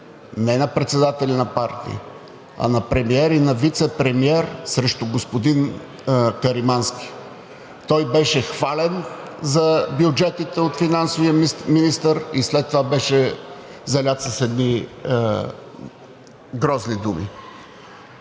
не на председатели на партии, а на премиер и на вицепремиер срещу господин Каримански. Той беше хвален за бюджетите от финансовия министър и след това беше залят с едни грозни думи.